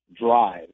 drive